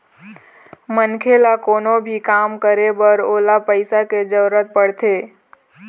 मनखे ल कोनो भी काम करे बर ओला पइसा के जरुरत पड़थे